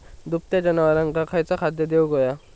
दुभत्या जनावरांका खयचा खाद्य देऊक व्हया?